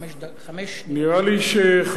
נראה לי ש,